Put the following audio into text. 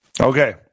Okay